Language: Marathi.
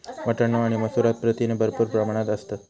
वाटाणे आणि मसूरात प्रथिने भरपूर प्रमाणात असतत